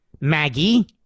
Maggie